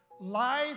Life